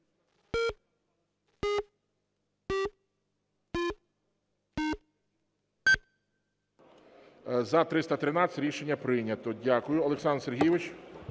За-313 Рішення прийнято. Дякую. Олександр Сергійович.